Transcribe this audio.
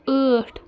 ٲٹھ